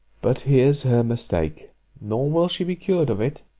but here's her mistake nor will she be cured of it